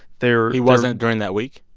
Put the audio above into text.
there. he wasn't during that week?